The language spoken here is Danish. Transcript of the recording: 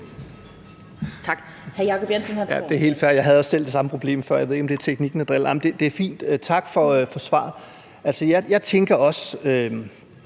Tak.